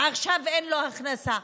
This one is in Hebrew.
ועכשיו אין לו הכנסה.